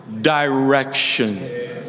direction